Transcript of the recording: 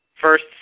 first